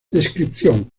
descripción